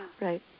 Right